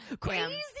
Crazy